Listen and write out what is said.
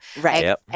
Right